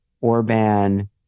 Orban